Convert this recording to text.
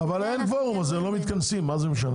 אבל אין קוורום אז הם לא מתכנסים, אז מה זה משנה?